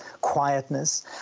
quietness